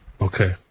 Okay